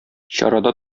чарада